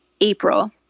April